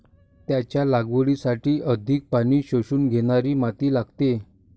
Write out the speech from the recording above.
त्याच्या लागवडीसाठी अधिक पाणी शोषून घेणारी माती लागते